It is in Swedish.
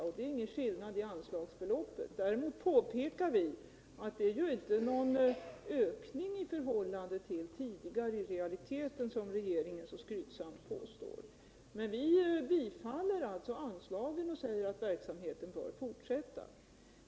Och vi föreslår ingen skillnad i anslagsbeloppet. Däremot pekar vi på all det i realiteten inte är någon ökning i förhållande till tidigare. som regeringen så skrytsamt påstår. Men vi säger ja till anstaget och till att verksamheten fortsätter.